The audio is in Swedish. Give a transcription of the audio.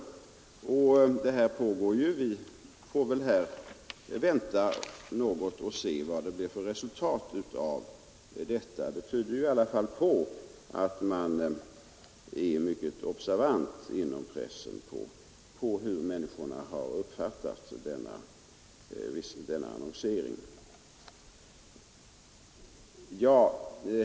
Detta arbete pågår alltså, och vi får väl vänta något och se vad det blir för resultat. Det tyder ju i alla fall på att man inom pressen är mycket observant på hur människorna har uppfattat denna annonsering.